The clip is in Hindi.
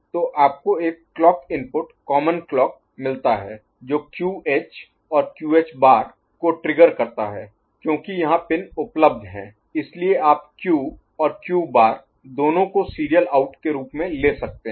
तो आपको एक क्लॉक इनपुट कॉमन क्लॉक मिलता है जो क्यूएच और क्यूएच बार QH' को ट्रिगर करता है क्योंकि यहाँ पिन उपलब्ध हैं इसलिए आप क्यू और क्यू बार Q' दोनों को सीरियल आउट के रूप में ले सकते हैं